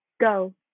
Go